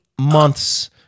months